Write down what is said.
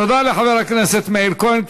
תודה לחבר הכנסת מאיר כהן.